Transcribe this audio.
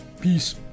Peace